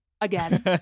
again